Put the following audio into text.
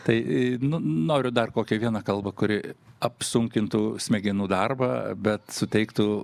tai noriu dar kokią vieną kalbą kuri apsunkintų smegenų darbą bet suteiktų